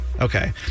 Okay